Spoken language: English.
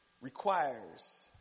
requires